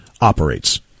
operates